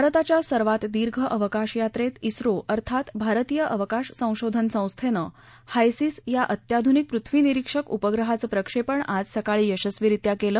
भारताच्या सर्वात दीर्घ अवकाशयात्रेत झे अर्थात भारतीय अवकाश संशोधन संस्थेनं हायसिस या अत्याध्निक पृथ्वी निरीक्षक उपग्रहाचं प्रक्षेपण आज सकाळी यशस्वीरित्या केलं